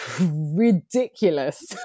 ridiculous